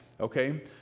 okay